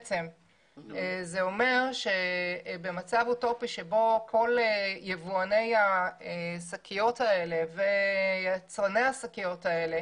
זה אומר שבמצב אוטופי שבו כל יבואני השקיות האלה ויצרני השקיות האלה